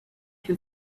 who